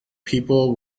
people